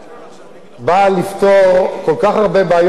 באה לפתור כל כך הרבה בעיות שהשר ברק,